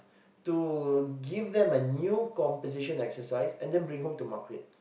to give then a new composition exercise and then bring home to mark it